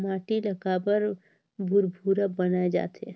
माटी ला काबर भुरभुरा बनाय जाथे?